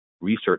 research